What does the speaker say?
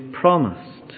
promised